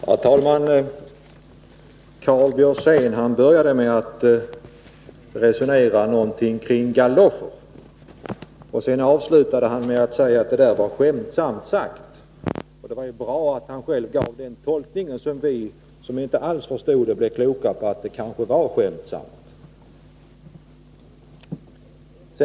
Herr talman! Karl Björzén började med ett resonemang kring galoscher, som han avslutade med att säga att det var skämtsamt sagt. Det var bra att han själv gjorde den tolkningen, så att vi som inte alls förstod det blev kloka på att det var skämtsamt menat.